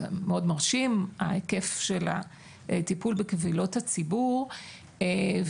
ההיקף של הטיפול בקבילות הציבור הוא מאוד מרשים,